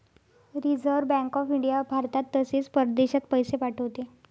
reserve Bank of India भारतात तसेच परदेशात पैसे पाठवते